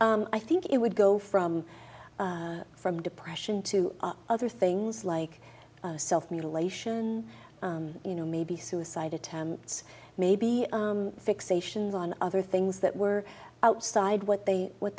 i think it would go from from depression to other things like self mutilation you know maybe suicide attempts maybe fixations on other things that were outside what they what